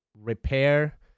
repair